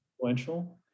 Influential